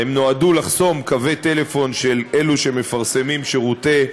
הן נועדו לאפשר חסימת קווי טלפון של אלה שמפרסמים שירותי